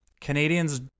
Canadians